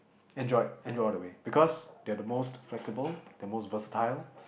Android Android all the way because they are the most flexible and most versatile